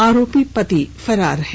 आरोपी पति फरार है